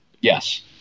Yes